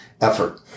effort